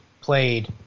played